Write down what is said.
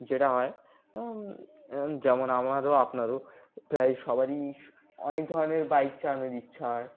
যেটা হয় যেমন আমারও আপনারও প্রায় সবারই অনেক ধরনের বাইক চালানোর ইচ্ছা হয়